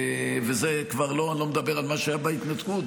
ואני לא מדבר על מה שהיה בהתנתקות,